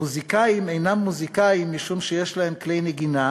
"מוזיקאים אינם מוזיקאים משום שיש להם כלי נגינה,